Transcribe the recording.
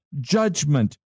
judgment